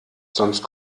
sonst